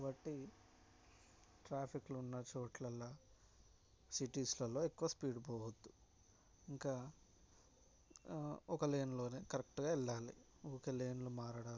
కాబట్టి ట్రాఫిక్లు ఉన్న చోట్లల్లా సిటీస్లలో ఎక్కువ స్పీడ్ పోవద్దు ఇంకా ఒక లైన్లోనే కరెక్ట్గా వెళ్ళాలి ఒక ఇంకో లైన్లో మారడాలు